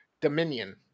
Dominion